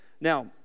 Now